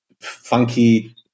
funky